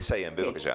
בקיצור.